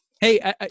Hey